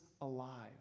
alive